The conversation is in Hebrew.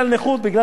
והיוונו להם,